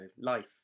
life